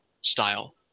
style